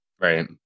Right